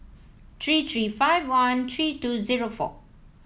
three three five one three two zero four